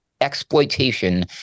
exploitation